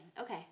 Okay